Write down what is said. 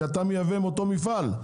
כי אתה מייבא מאותו מפעל.